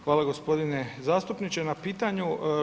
Hvala gospodine zastupniče na pitanju.